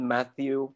Matthew